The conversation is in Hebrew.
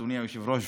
אדוני היושב-ראש,